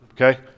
Okay